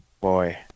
boy